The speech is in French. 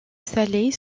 salée